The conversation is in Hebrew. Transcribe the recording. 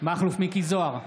מכלוף מיקי זוהר,